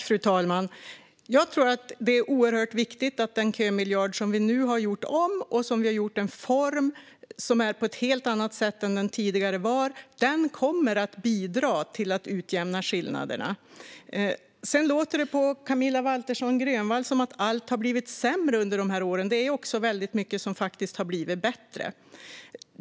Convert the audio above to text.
Fru talman! Jag tror att det är oerhört viktigt att kömiljarden, vars form vi har gjort om så att den ser ut på ett helt annat sätt än tidigare, kommer att bidra till att utjämna skillnaderna. Sedan låter det på Camilla Waltersson Grönvall som om allt har blivit sämre under de här åren. Det är också väldigt mycket som faktiskt har blivit bättre.